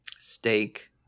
steak